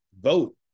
vote